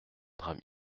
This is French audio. drame